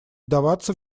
вдаваться